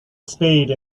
spade